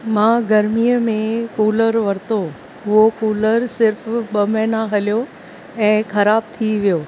मां गर्मीअ में कूलर वरितो उहो कूलर सिर्फ़ु ॿ महिना हलियो ऐं ख़राबु थी वियो